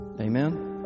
amen